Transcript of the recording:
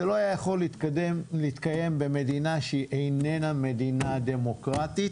זה לא היה יכול להתקיים במדינה שהיא איננה מדינה דמוקרטית,